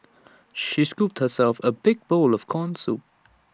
she scooped herself A big bowl of Corn Soup